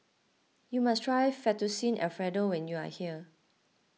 you must try Fettuccine Alfredo when you are here